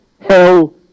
hell